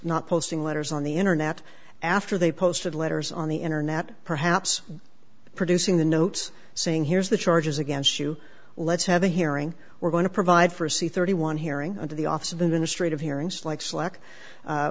not posting letters on the internet after they posted letters on the internet perhaps producing the notes saying here's the charges against you let's have a hearing we're going to provide for a c thirty one hearing under the office of the ministry of hearings like slack